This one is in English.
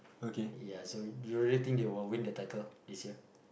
ya so you really think they will win the title this year